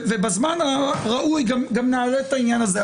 ובזמן הראוי גם נעלה את העניין הזה.